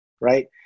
right